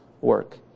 work